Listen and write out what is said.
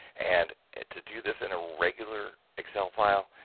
and to do this in a regular excel file,